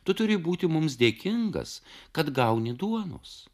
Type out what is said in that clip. tu turi būti mums dėkingas kad gauni duonos